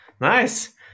Nice